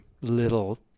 little